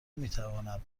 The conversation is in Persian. میتواند